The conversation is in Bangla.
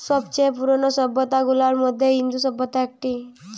সব চেয়ে পুরানো সভ্যতা গুলার মধ্যে ইন্দু সভ্যতা একটি